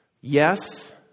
Yes